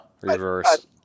reverse